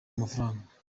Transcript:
amafaranga